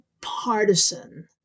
partisan